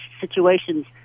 situations